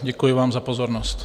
Děkuji vám za pozornost.